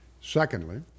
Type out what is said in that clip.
Secondly